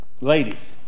Ladies